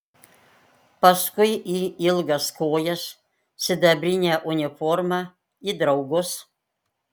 paskui į ilgas kojas sidabrinę uniformą į draugus